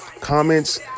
comments